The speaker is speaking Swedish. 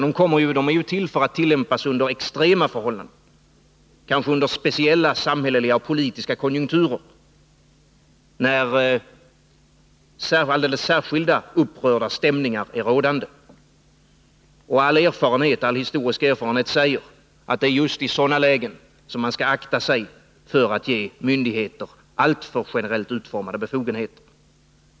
De är till för att tillämpas under extrema förhållanden, kanske under speciella samhälleliga och politiska konjunkturer, när alldeles särskilt upprörda stämningar råder. Och all historisk erfarenhet säger att det är just i sådana lägen som man skall akta sig för att ge myndigheter alltför generellt utformade befogenheter.